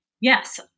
Yes